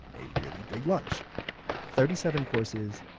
a really big lunch thirty seven courses,